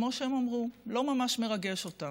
כמו שהם אמרו, לא ממש מרגש אותם.